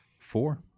Four